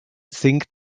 singt